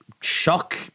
Shock